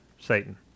Satan